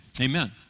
Amen